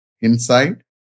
inside